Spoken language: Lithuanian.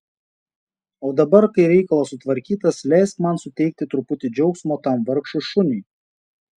o dabar kai reikalas sutvarkytas leisk man suteikti truputį džiaugsmo tam vargšui šuniui